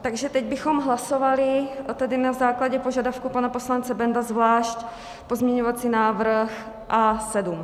Takže teď bychom hlasovali na základě požadavku pana poslance Bendla zvlášť pozměňovací návrh A7.